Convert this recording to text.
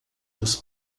dos